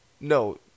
No